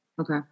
Okay